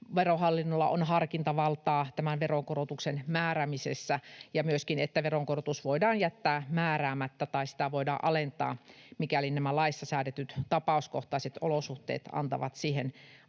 Verohallinnolla on harkintavaltaa tämän veronkorotuksen määräämisessä, ja myöskin, että veronkorotus voidaan jättää määräämättä tai sitä voidaan alentaa, mikäli nämä laissa säädetyt tapauskohtaiset olosuhteet antavat siihen aihetta.